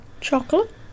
Chocolate